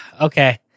Okay